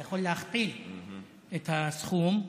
זה יכול להכפיל את הסכום.